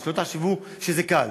ושלא תחשבו שזה קל.